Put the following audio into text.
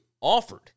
offered